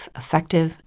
effective